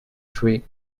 three